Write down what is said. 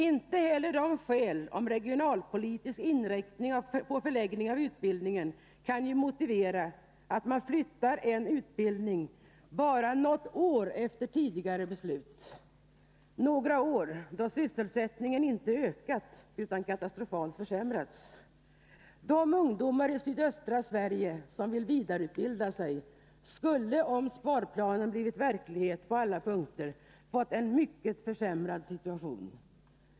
Inte heller de skäl som anförts om regionalpolitisk inriktning på förläggningen av utbildningen kan motivera att man flyttar en utbildning bara något år efter tidigare beslut. Sysselsättningen har på senare år inte ökat, utan katastrofalt försämrats. De ungdomar i sydöstra Sverige som vill vidareutbilda sig skulle, om sparplanen blivit verklighet på alla punkter, ha fått en mycket försämrad situation.